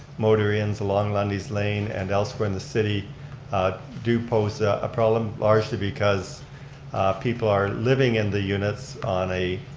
motor-inns along lundy's lane and elsewhere in the city do pose a problem largely because people are living in the units on a